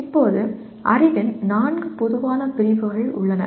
இப்போது அறிவின் நான்கு பொதுவான பிரிவுகள் உள்ளன